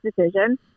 decision